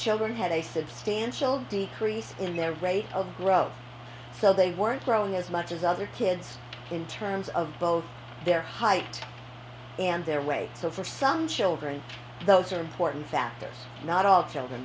children had a substantial decrease in their rate of growth so they weren't growing as much as other kids in terms of both their height and their weight so for some children those are important factors not all children